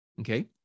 Okay